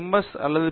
S அல்லது B